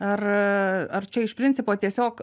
ar ar čia iš principo tiesiog